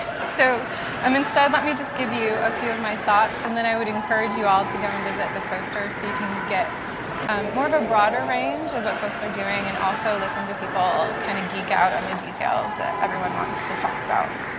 so um instead, let me just give you a few of my thoughts and then i would encourage you all to go and visit the poster so you can get more of a broader range of what folks are doing and also listen to people kind of geek out on the details that everyone wants to talk about.